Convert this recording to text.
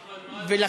אחמד, מה אתה רוצה?